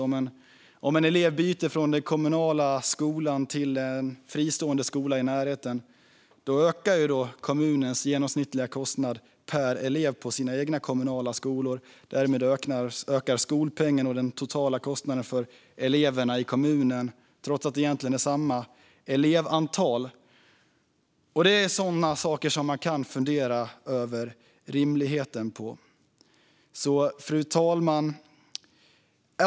Om en elev byter från den kommunala skolan till en fristående skola i närheten ökar kommunens genomsnittliga kostnad per elev på dess egna kommunala skolor. Därmed ökar skolpengen och den totala kostnaden för eleverna i kommunen, trots att det egentligen är samma elevantal. Det är rimligheten hos sådana saker man kan fundera över. Fru talman!